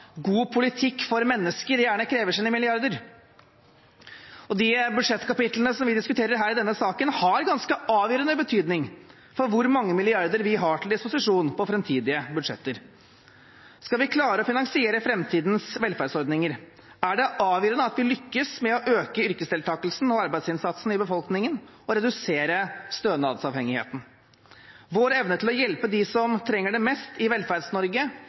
god politikk for mennesker gjerne krever sine milliarder. De budsjettkapitlene som vi diskuterer her i denne saken, har ganske avgjørende betydning for hvor mange milliarder vi har til disposisjon på framtidige budsjetter. Skal vi klare å finansiere framtidens velferdsordninger, er det avgjørende at vi lykkes med å øke yrkesdeltakelsen og arbeidsinnsatsen i befolkningen, og å redusere stønadsavhengigheten. Vår evne til å hjelpe dem som trenger det mest i